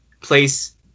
place